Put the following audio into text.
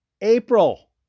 April